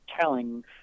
telling